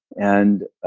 and